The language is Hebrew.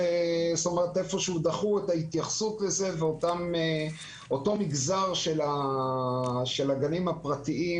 דחו את ההתייחסות לזה ואותו מגזר של הגנים הפרטיים